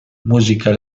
musica